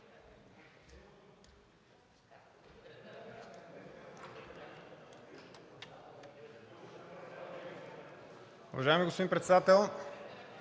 Уважаеми господин Председател,